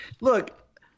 Look